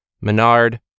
Menard